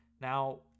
Now